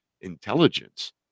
Intelligence